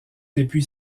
depuis